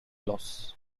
loss